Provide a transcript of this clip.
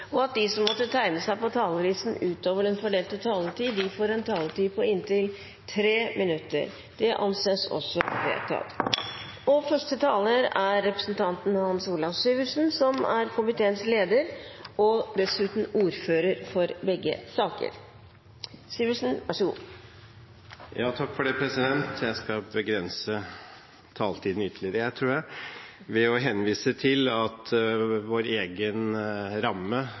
foreslå at det blir gitt anledning til fem replikker med svar etter innlegg fra medlemmer av regjeringen innenfor den fordelte taletid, og at de som måtte tegne seg på talerlisten utover den fordelte taletid, får en taletid på inntil 3 minutter. – Det anses vedtatt. Jeg skal begrense taletiden ytterligere, tror jeg, ved å henvise til at vår egen ramme